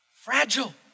Fragile